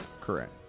Correct